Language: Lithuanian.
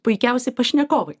puikiausi pašnekovai